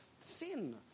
sin